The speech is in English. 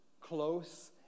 close